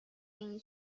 این